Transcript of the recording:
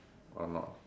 or not